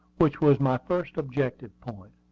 which was my first objective point.